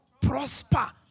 Prosper